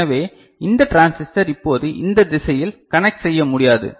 எனவே இந்த டிரான்சிஸ்டர் இப்போது இந்த திசையில் கண்டக்ட் செய்ய முடியாது